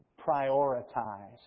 prioritize